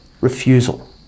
refusal